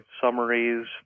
summaries